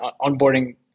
onboarding